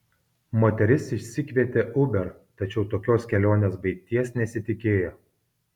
moteris išsikvietė uber tačiau tokios kelionės baigties nesitikėjo